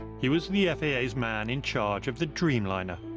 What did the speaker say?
he was the faa's man in charge of the dreamliner.